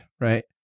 right